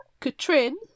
Katrin